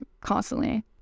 constantly